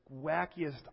wackiest